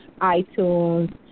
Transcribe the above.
iTunes